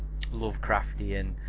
Lovecraftian